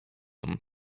them